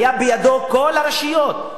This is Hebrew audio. היו בידו כל הרשויות.